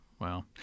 Wow